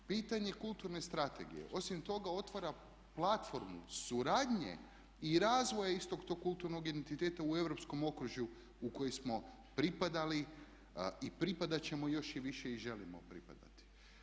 Pitanje kulturne strategije osim toga otvara platformu suradnje i razvoja istog tog kulturnog identiteta u europskom okružju u koji smo pripadali i pripadat ćemo još i više i želimo pripadati.